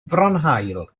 fronhaul